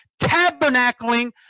tabernacling